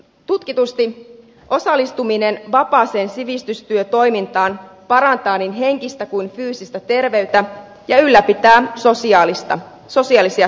tutkitusti osallistuminen vapaaseen sivistystyötoimintaan parantaa niin henkistä kuin fyysistäkin terveyttä ja ylläpitää sosiaalisia suhteita